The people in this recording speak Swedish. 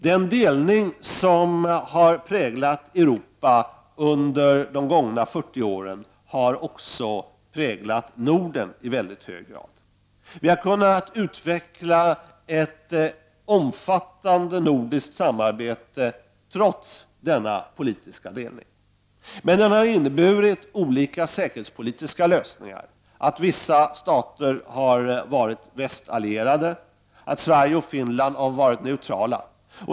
Den delning som har präglat Europa under de gångna fyrtio åren har också präglat Norden i väldigt hög grad. Vi har kunnat utveckla ett omfattande nordiskt samarbete trots denna politiska delning. Men den har inneburit olika säkerhetspolitiska lösningar, att vissa stater har varit västallierade och att Sverige och Finland har varit neutrala.